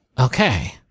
Okay